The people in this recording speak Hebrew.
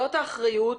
זאת האחריות,